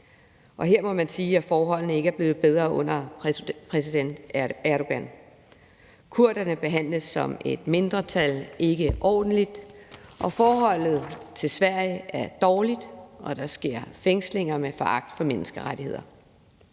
Her må man sige, at forholdene ikke er blevet bedre under præsident Erdogan. Kurderne behandles som et mindretal ikke ordentligt, forholdet til Sverige er dårligt, og der sker fængslinger med foragt for menneskerettighederne.